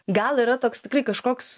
gal yra toks tikrai kažkoks